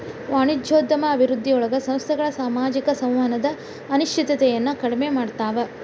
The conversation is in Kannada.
ವಾಣಿಜ್ಯೋದ್ಯಮ ಅಭಿವೃದ್ಧಿಯೊಳಗ ಸಂಸ್ಥೆಗಳ ಸಾಮಾಜಿಕ ಸಂವಹನದ ಅನಿಶ್ಚಿತತೆಯನ್ನ ಕಡಿಮೆ ಮಾಡ್ತವಾ